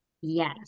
Yes